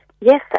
Yes